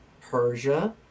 Persia